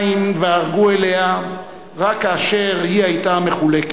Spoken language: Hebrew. ירושלים וערגו אליה רק כאשר היא היתה מחולקת.